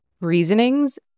reasonings